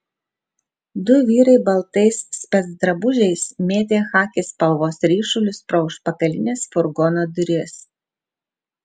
du vyrai baltais specdrabužiais mėtė chaki spalvos ryšulius pro užpakalines furgono duris